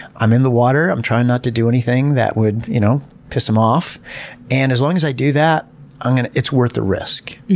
i'm in the water, i'm trying not to do anything that would, you know piss them off and as long as i do that and it's worth the risk.